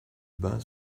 bain